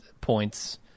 points